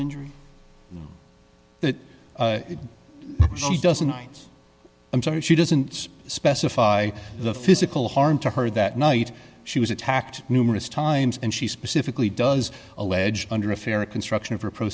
injury that she doesn't i'm sorry she doesn't specify the physical harm to her that night she was attacked numerous times and she specifically does allege under a fair construction of her pro